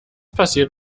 passiert